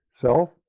self